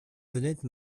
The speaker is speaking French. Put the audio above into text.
venette